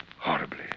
horribly